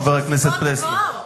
חבר הכנסת פלסנר.